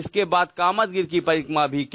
इसके बाद कामदगिरि की परिक्रमा भी की